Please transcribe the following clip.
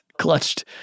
clutched